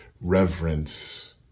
reverence